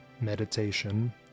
meditation